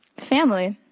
family.